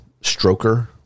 stroker